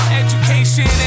education